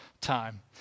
time